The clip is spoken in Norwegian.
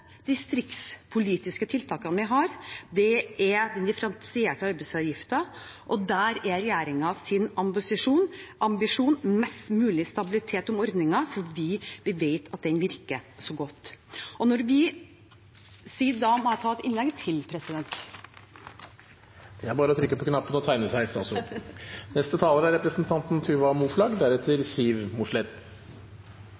distriktspolitiske tiltakene vi har, er den differensierte arbeidsgiveravgiften. Der er regjeringens ambisjon mest mulig stabilitet for ordningen, for vi vet at den virker så godt. Jeg ser at jeg må holde et innlegg til, president. Det er bare å trykke på knappen og tegne seg, statsråd. Jeg bor i